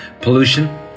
pollution